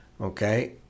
okay